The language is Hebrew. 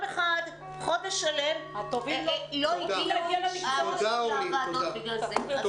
אחד חודש שלם לא הגיעו אנשים לוועדות בגלל זה.